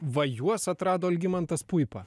va juos atrado algimantas puipa